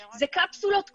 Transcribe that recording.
זה קפסולות קבועות,